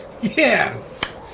Yes